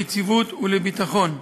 ליציבות ולביטחון.